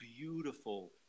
beautiful